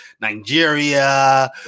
Nigeria